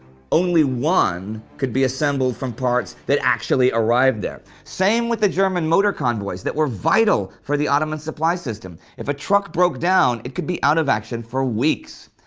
only one could be assembled from parts that actually arrived there. same with the german motor convoys that were vital for the ottoman supply system if a truck broke down it could be out of action for weeks.